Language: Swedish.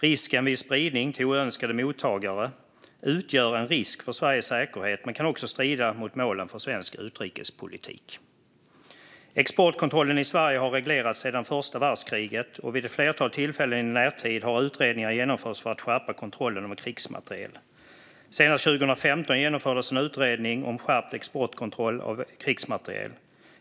Risken vid spridning till oönskade mottagare utgör en risk för Sveriges säkerhet men kan också strida mot målen för svensk utrikespolitik. Exportkontrollen i Sverige har reglerats sedan första världskriget, och vid ett flertal tillfällen i närtid har utredningar genomförts för att skärpa kontrollen av krigsmateriel. Senast 2015 genomfördes en utredning om skärpt exportkontroll av krigsmateriel.